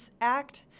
Act